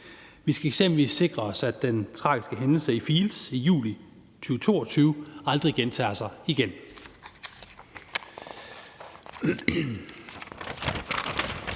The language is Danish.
Vi skal eksempelvis sikre os, at den tragiske hændelse i Field’s i juli 2022 aldrig gentager sig.